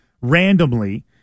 randomly